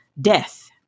death